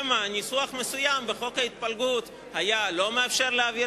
שמא ניסוח מסוים בחוק ההתפלגות לא היה מאפשר להעביר